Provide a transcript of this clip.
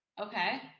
Okay